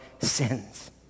sins